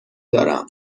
دارم